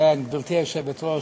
גברתי היושבת-ראש,